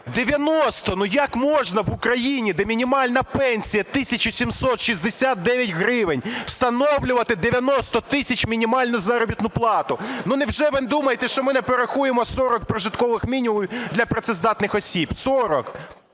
90! Ну, як можна в Україні, де мінімальна пенсія 1 тисяча 769 гривень, встановлювати 90 тисяч мінімальну заробітну плату? Невже ви думаєте, що ми не порахуємо 40 прожиткових мінімумів для працездатних осіб – 40,